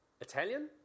Italian